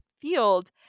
field